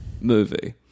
movie